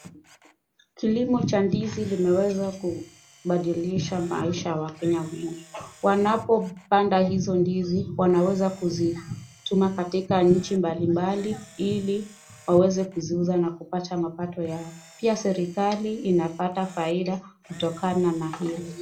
Kilimo cha ndizi linaweza badilisha maisha ya wakenya wengi. Wanapopanda hizo ndizi wanaweza kuzituma katika nchi mbalimbali ili waweze kuziuza na kupata mapato yao. Pia serikali inapata faida kutokana na hilo.